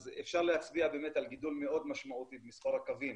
אז אפשר להצביע על גידול מאוד משמעותי במספר הקווים,